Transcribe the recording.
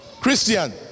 Christian